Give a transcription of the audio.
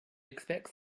expects